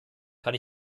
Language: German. kann